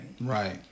Right